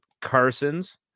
Carson's